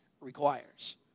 requires